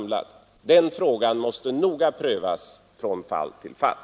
En sådan informationsfråga måste noga prövas från fall till fall.